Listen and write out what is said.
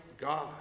God